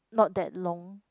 not that long